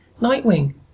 nightwing